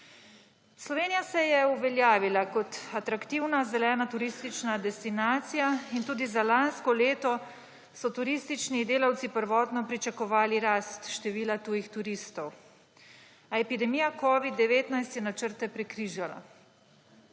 Slovenija se je uveljavila kot atraktivna zelena turistična destinacija in tudi za lansko leto so turistični delavci prvotno pričakovali rast števila tujih turistov, a epidemija covida-19 je načrte prekrižala.